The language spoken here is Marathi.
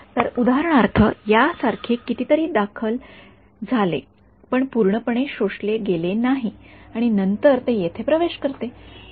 तर उदाहरणार्थ यासारखे काहीतरी दाखल झाले पण पूर्णपणे शोषले गेले नाही आणि नंतर ते येथे प्रवेश करते